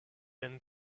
then